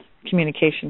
communication